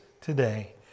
today